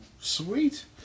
Sweet